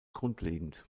grundlegend